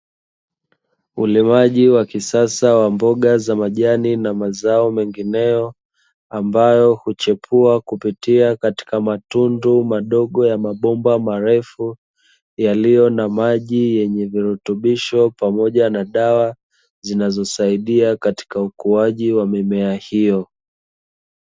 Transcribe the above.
Ulimaji wa kisasa wa mboga za majani na mazao mengineyo, ambayo huchipua kupitia katika matundu madogo ya mabomba marefu yaliyo na maji yenye virutubisho, pamoja na dawa zinazosaidia katika ukuaji wa mimea hiyo.